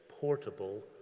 portable